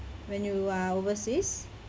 when you are overseas